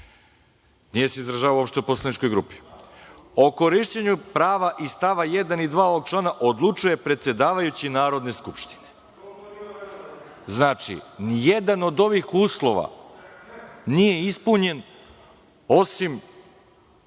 Nije se izražavao uopšte o poslaničkoj grupi. O korišćenju prava iz st. 1. i 2. ovog člana odlučuje predsedavajući Narodne skupštine. Znači, ni jedan od ovih uslova nije ispunjen, osim